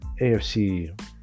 AFC